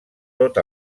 tot